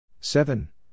Seven